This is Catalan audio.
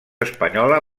espanyola